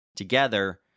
Together